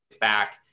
back